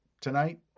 tonight